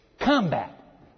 combat